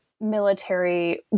military